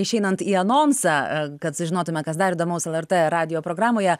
išeinant į anonsą kad sužinotume kas dar įdomaus lrt radijo programoje